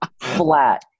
flat